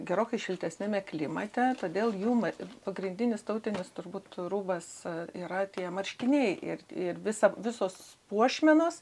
gerokai šiltesniame klimate todėl jų ma pagrindinis tautinis turbūt rūbas yra tie marškiniai ir ir visa visos puošmenos